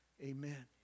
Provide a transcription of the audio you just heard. amen